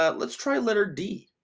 ah let's try letter d.